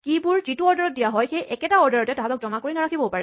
কীচাবিবোৰ যিটো অৰ্ডাৰত দিয়া হয় সেই একেটা অৰ্ডাৰতে তাহাঁতক জমা কৰি নাৰাখিবও পাৰে